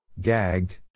Gagged